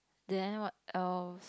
then what else